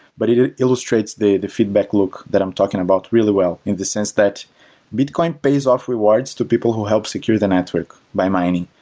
but it ah illustrates the the feedback loop that i'm talking about really well, in the sense that bitcoin pays off rewards to people who help secure the network by mining.